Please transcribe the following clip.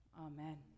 Amen